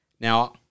Now